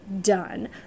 done